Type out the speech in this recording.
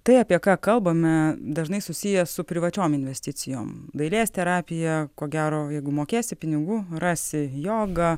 tai apie ką kalbame dažnai susiję su privačiom investicijom dailės terapija ko gero jeigu mokėsi pinigų rasi joga